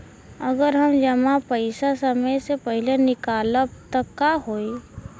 अगर हम जमा पैसा समय से पहिले निकालब त का होई?